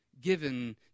given